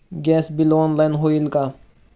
Gas bill online होईल का?